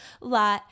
lot